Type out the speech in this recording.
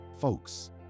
folks